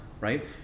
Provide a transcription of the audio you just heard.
right